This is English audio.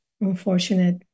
unfortunate